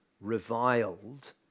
reviled